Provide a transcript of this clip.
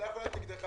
הצבעה לא נתקבלה.